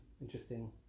Interesting